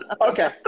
Okay